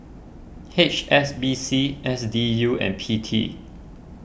H S B C S D U and P T